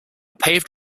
paved